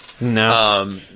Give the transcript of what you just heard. no